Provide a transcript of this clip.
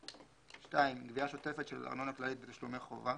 (2) גבייה שוטפת של ארנונה כללית ותשלומי חובה,